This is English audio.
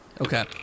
Okay